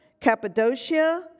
Cappadocia